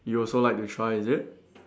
you also like to try is it